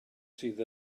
sydd